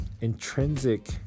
intrinsic